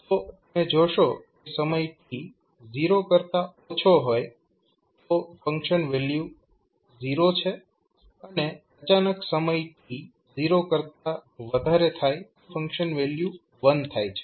તો તમે જોશો કે સમય t 0 કરતા ઓછો હોય તો ફંકશન વેલ્યુ 0 છે અને અચાનક સમય t 0 કરતા વધારે થાય તો ફંકશન વેલ્યુ 1 થાય છે